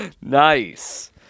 nice